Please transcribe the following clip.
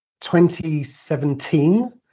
2017